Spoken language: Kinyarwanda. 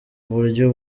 uburyo